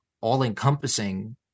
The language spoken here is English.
all-encompassing